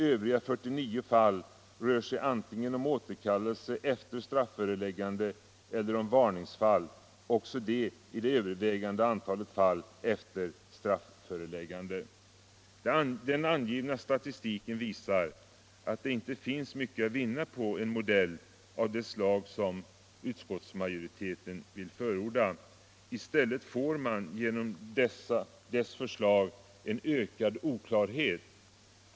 Övriga 49 fall rör sig antingen om återkallelse efter strafföreläggande eller om varningsfall, också de i det övervägande antalet fall efter strafföreläggande. Den angivna statistiken visar att det inte finns mycket att vinna på en modell av det slag som utskottsmajoriteten vill förorda. I stället får man genom dess förslag en ökad oklarhet.